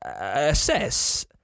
assess